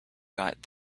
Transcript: got